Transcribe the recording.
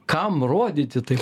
kam rodyti tai